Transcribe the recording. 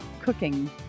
cooking